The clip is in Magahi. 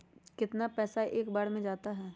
कितना पैसा एक बार में जाता है?